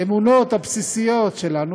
האמונות הבסיסיות שלנו.